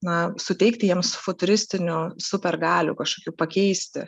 na suteikti jiems futuristinių super galių kažkokių pakeisti